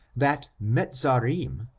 that mezarim,